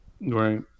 Right